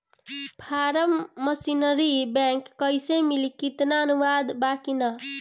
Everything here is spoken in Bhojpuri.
फारम मशीनरी बैक कैसे मिली कितना अनुदान बा?